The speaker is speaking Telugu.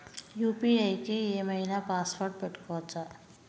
యూ.పీ.ఐ కి ఏం ఐనా పాస్వర్డ్ పెట్టుకోవచ్చా?